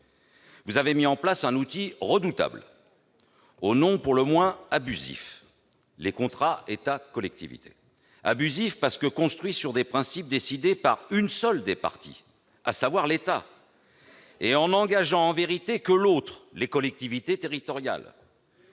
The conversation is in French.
Vous avez mis en place un outil redoutable, au nom pour le moins abusif : les contrats État-collectivités. Oui, ce nom est abusif, parce que ces contrats sont construits sur des principes décidés par une seule des parties, à savoir l'État, et n'engageant en vérité que l'autre, les collectivités territoriales.